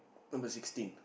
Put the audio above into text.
number sixteen